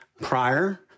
prior